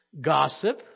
gossip